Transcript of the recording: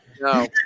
No